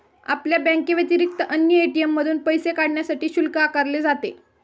आपल्या बँकेव्यतिरिक्त अन्य ए.टी.एम मधून पैसे काढण्यासाठी शुल्क आकारले जाते